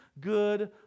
good